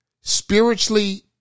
spiritually